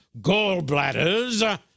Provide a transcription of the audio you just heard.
gallbladders